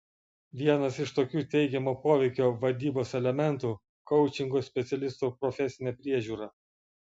vienas iš tokių teigiamo poveikio vadybos elementų koučingo specialistų profesinė priežiūra